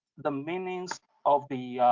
the meanings of the